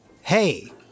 hey